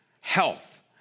Health